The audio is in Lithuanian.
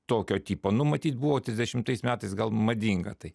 tokio tipo nu matyt buvo trisdešimtais metais gal madinga tai